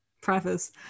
preface